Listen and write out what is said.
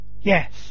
Yes